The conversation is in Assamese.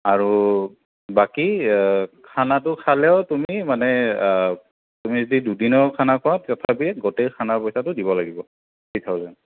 আৰু বাকী খানাটো খালেও তুমি মানে তুমি যদি দুদিনৰ খানা খোৱা তথাপি গোটেই খানাৰ পইচাটো দিব লাগিব থ্ৰী থাউজেণ্ড